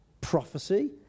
Prophecy